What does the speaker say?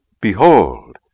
Behold